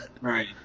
Right